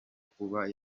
kuba